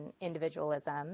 individualism